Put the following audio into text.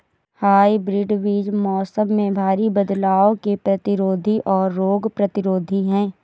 hybrid बीज मौसम में भारी बदलाव के प्रतिरोधी और रोग प्रतिरोधी हैं